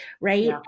right